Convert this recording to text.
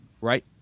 Right